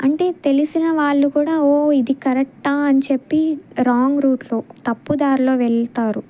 అంటే తెలిసిన వాళ్ళు కూడా ఓ ఇది కరెక్టా అని చెప్పి రాంగ్ రూట్లో తప్పు దారిలో వెళ్తారు